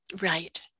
Right